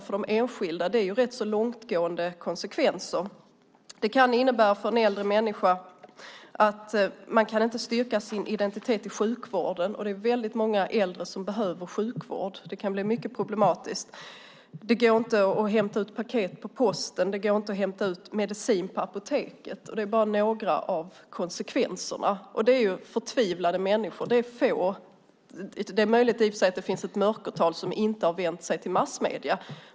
För de enskilda får detta rätt så långtgående konsekvenser. Det kan för en äldre människa innebära att man inte kan styrka sin identitet i sjukvården, och det är väldigt många äldre som behöver sjukvård. Det kan bli mycket problematiskt. Det går inte att hämta ut paket på posten. Det går inte att hämta ut medicin på apoteket. Det är bara några av konsekvenserna. Det är förtvivlade människor. De är få. Det är i och för sig möjligt att det finns ett mörkertal som inte vänt sig till massmedierna.